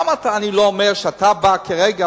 למה אני לא אומר שאתה בא כרגע,